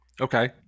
okay